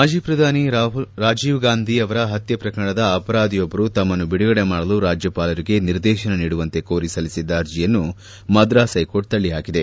ಮಾಜಿ ಶ್ರಧಾನಿ ರಾಜೀವ್ ಗಾಂಧಿ ಅವರ ಹತ್ಯೆ ಪ್ರಕರಣದ ಅಪರಾಧಿಯೊಬ್ಲರು ತಮ್ನನ್ನು ಬಿಡುಗಡೆ ಮಾಡಲು ರಾಜ್ಞಪಾಲರಿಗೆ ನಿರ್ದೇಶನ ನೀಡುವಂತೆ ಕೋರಿ ಸಲ್ಲಿಸಿದ್ದ ಅರ್ಜೆಯನ್ನು ಮದ್ರಾಸ್ ಹೈಕೋರ್ಟ್ ತಳ್ಳಿ ಹಾಕಿದೆ